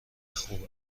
خوب